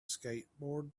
skateboard